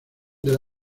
del